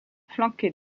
flanquée